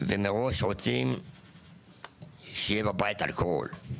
ומראש דורשים שיהיה בבית אלכוהול.